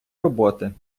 роботи